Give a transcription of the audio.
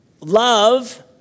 Love